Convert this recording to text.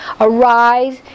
arise